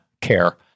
care